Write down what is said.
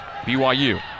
BYU